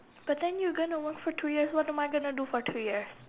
but then you're going to work for two years what am I going to do for two years